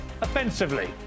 offensively